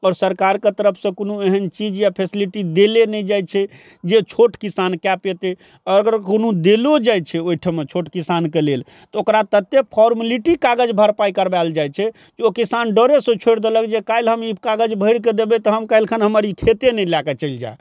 सरकारके तरफसँ कोनो एहन चीज या फैसिलिटी देले नहि जाइ छै जे छोट किसान कए पेतय अगर कोनो देलो जाइ छै ओइठमा छोट किसानके लेल तऽ ओकरा तते फोर्मलैटी कागज भरपाइ करबायल जाइ छै की ओ किसान डरेसँ छोड़ि देलक जे काल्हि हम ई कागज भरिकऽ देबै तहन काल्हिखन हमर ई खेते नहि लए कऽ चलि